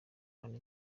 hano